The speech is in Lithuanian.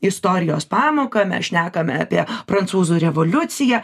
istorijos pamoką mes šnekame apie prancūzų revoliuciją